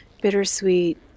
bittersweet